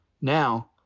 Now